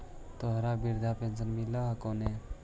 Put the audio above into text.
तोहरा वृद्धा पेंशन मिलहको ने?